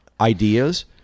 ideas